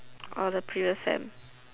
orh the previous sem